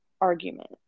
argument